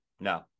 No